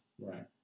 right